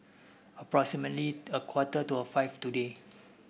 approximately a quarter to five today